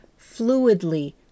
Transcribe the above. fluidly